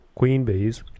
Queenbees